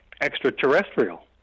extraterrestrial